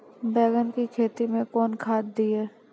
बैंगन की खेती मैं कौन खाद दिए?